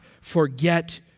forget